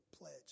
pledge